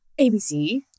ABC